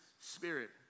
spirit